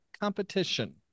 competition